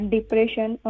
Depression